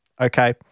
okay